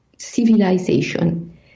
Civilization